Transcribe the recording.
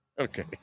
Okay